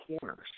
corners